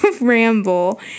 ramble